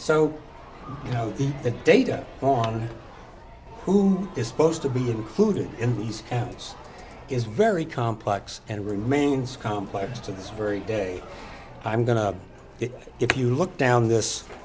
so you know the data on who is supposed to be included in these camps is very complex and remains complex to this very day i'm going to if you look down this